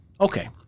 Okay